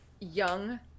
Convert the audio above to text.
young